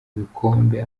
ibikombe